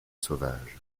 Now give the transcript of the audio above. sauvage